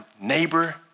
neighbor